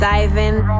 Diving